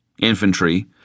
infantry